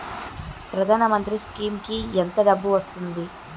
ప్రధాన మంత్రి స్కీమ్స్ కీ ఎంత డబ్బు వస్తుంది?